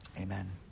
amen